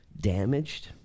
damaged